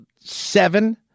seven